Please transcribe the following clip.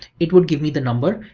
it would give me the number,